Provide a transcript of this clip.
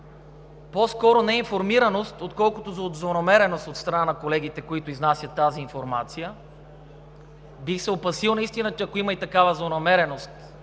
по-скоро за неинформираност, отколкото за злонамереност от страна на колегите, които изнасят тази информация. Опасявам се наистина, ако има и такава злонамереност,